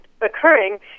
occurring